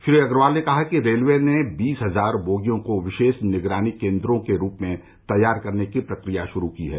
श्री अग्रवाल ने कहा कि रेलवे ने बीस हजार बोगियों को विशेष निगरानी केन्द्रों के रूप में तैयार करने की प्रक्रिया शुरू की है